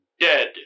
Dead